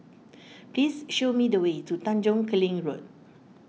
please show me the way to Tanjong Kling Road